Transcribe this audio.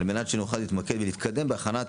על מנת שנוכל להתמקד ולהתקדם בהכנת